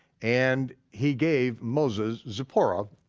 and he gave moses zipporah,